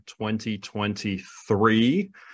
2023